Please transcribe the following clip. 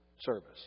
service